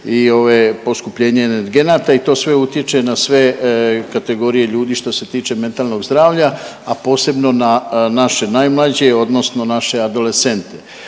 poskupljenje energenata i to sve utječe na sve kategorije ljudi što se tiče mentalnog zdravlja, a posebno na naše najmlađe odnosno naše adolescente.